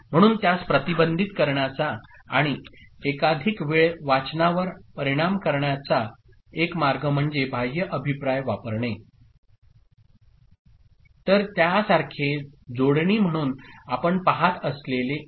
म्हणून त्यास प्रतिबंधित करण्याचा आणि एकाधिक वेळ वाचनावर परिणाम करण्याचा एक मार्ग म्हणजे बाह्य अभिप्राय वापरणे तर यासारखे जोडणी म्हणून आपण पहात असलेले एक